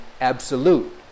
absolute